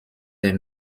des